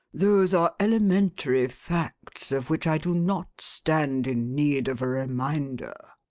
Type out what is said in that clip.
those are elementary facts of which i do not stand in need of a reminder.